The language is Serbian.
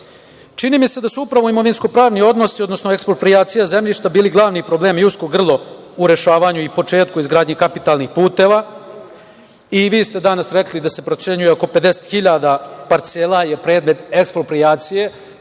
mi se da su upravo imovinsko pravni odnosi, odnosno eksproprijacija zemljišta bili problemi i usko grlo u rešavanju i početku izgradnje kapitalnih puteva, i vi ste danas rekli da se procenjujemo oko 50 hiljada parcela je predmet eksproprijacije